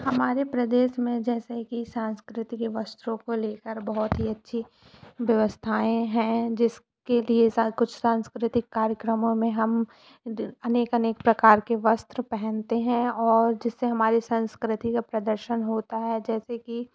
हमारे प्रदेश में जैसे कि संस्कृति के वस्त्रों को ले कर बहुत ही अच्छी व्यवस्थाएं हैं जिसके लिए ऐसा कुछ सांस्कृतिक कार्यक्रमों में हम अनेक अनेक प्रकार के वस्त्र पहनते हैं और जिससे हमारी संस्कृति का प्रदर्शन होता है जैसे कि